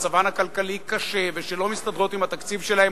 שמצבן הכלכלי קשה ושלא מסתדרות עם התקציב שלהן,